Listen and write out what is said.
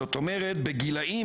זאת אומרת בגילאים,